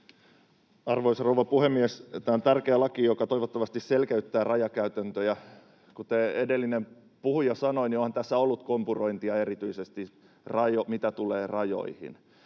Arvoisa rouva puhemies! Tämä on tärkeä laki, joka toivottavasti selkeyttää rajakäytäntöjä. Kuten edellinen puhuja sanoi, niin onhan tässä ollut kompurointia, erityisesti mitä tulee rajoihin.